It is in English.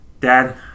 Dad